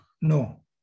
no